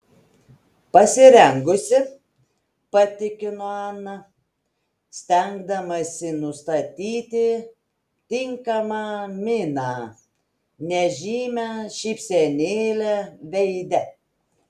pasirengusi patikino ana stengdamasi nustatyti tinkamą miną nežymią šypsenėlę veide